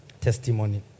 Testimony